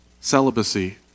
celibacy